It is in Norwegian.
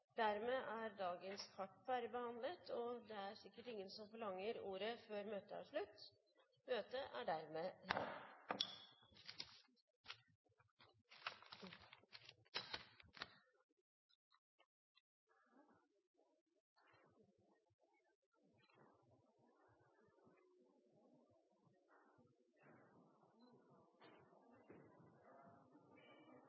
Dermed er dagens kart ferdigbehandlet. Forlanger noen ordet før møtet heves? – Møtet er